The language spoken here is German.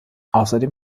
außerdem